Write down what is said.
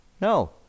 No